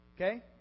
Okay